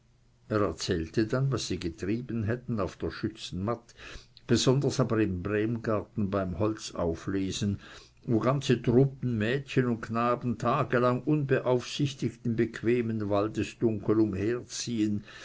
er erzählte dann was sie getrieben hätten auf der schützenmatt besonders aber im bremgarten beim holzauflesen wo ganze truppen mädchen und knaben tage lang unbeaufsichtigt im bequemen waldesdunkel umherziehen